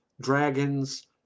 dragons